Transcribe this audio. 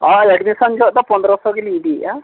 ᱦᱳᱭ ᱮᱰᱢᱤᱥᱚᱱ ᱡᱚᱦᱚᱜ ᱫᱚ ᱯᱚᱫᱽᱨᱚᱥᱚ ᱜᱮᱞᱤᱧ ᱤᱫᱤᱭᱮᱜᱼᱟ